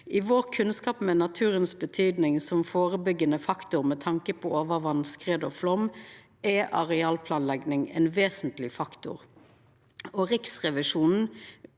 I vår kunnskap om betydninga av naturen som førebyggjande faktor med tanke på overvatn, skred og flaum, er arealplanlegging ein vesentleg faktor. Riksrevisjonens